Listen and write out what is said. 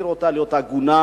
השאיר אותה להיות עגונה,